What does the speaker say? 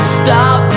stop